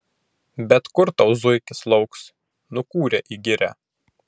bet kur tau zuikis lauks nukūrė į girią